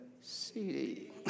CD